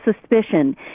suspicion